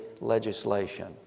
legislation